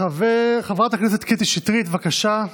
חברת הכנסת קטי שטרית, בבקשה.